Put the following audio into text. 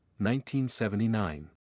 1979